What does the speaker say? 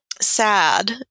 sad